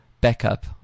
backup